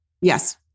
Yes